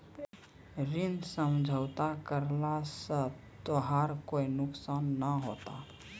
ऋण समझौता करला स तोराह कोय नुकसान नाय होथा